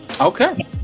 Okay